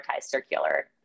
circular